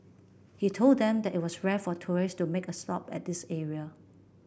he told them that it was rare for tourist to make a stop at this area